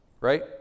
right